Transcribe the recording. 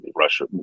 russia